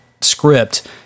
script